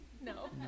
No